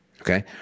okay